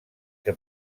que